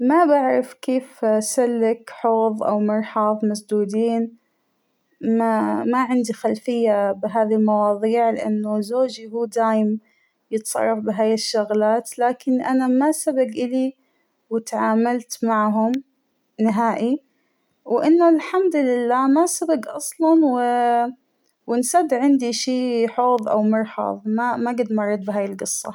ما بعرف كيف اسلك حوض أو مرحاض مسدودين ما ما عندى خلفية بهذى المواضيع ، لأنه زوجى هو دايماً يتصرف بهى الشغلات ، لكن أنا ما سبق إلى وتعاملت معهم نهائى ، وإن الحمد لله ما سبق اصلاً وانسد عندى شى حوض أو مرحاض ، ما جد مريت بهى القصة.